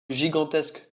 gigantesque